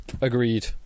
Agreed